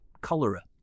Cholera